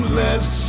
less